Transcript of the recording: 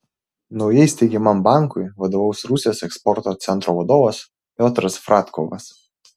naujai steigiamam bankui vadovaus rusijos eksporto centro vadovas piotras fradkovas